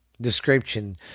description